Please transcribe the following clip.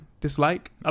dislike